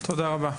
תודה רבה.